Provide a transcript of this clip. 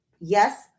Yes